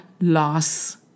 loss